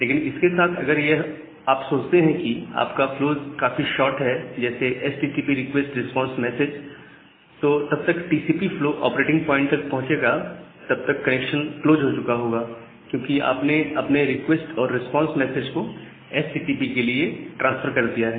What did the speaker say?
लेकिन इसके साथ अगर आप यह सोचते हैं कि आपका फ्लोज काफी शार्ट है जैसे एचटीटीपी रिक्वेस्ट रिस्पांस मैसेज तो जब तक टीसीपी फ्लो ऑपरेटिंग प्वाइंट तक पहुंचेगा तब तक कनेक्शन क्लोज हो चुका होगा क्योंकि आपने अपने रिक्वेस्ट और रिस्पांस मैसेज को एसटीटीपी के लिए ट्रांसफर कर दिया है